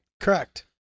Correct